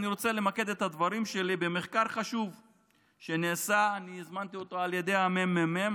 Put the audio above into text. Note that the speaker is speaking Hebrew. אני רוצה למקד את הדברים שלי במחקר חשוב שנעשה על ידי הממ"מ,